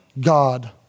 God